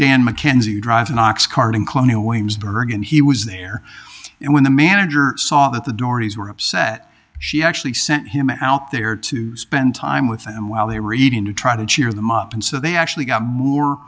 dan mckenzie drive an ox cart in colonial williamsburg and he was there and when the manager saw that the doors were upset she actually sent him out there to spend time with them while they were eating to try to cheer them up and so they actually got more